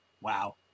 Wow